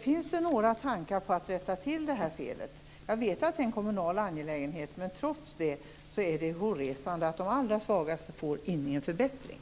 Finns det några tankar på att rätta till det här felet? Jag vet att det är en kommunal angelägenhet. Men trots det är det hårresande att de allra svagaste inte får någon förbättring.